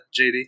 JD